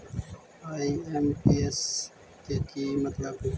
IMPS के कि मतलब है?